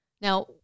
Now